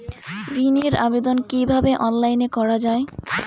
ঋনের আবেদন কিভাবে অনলাইনে করা যায়?